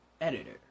Editor